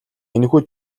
энэхүү